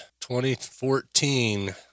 2014